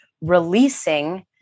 releasing